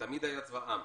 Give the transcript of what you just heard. תמיד היה צבא העם.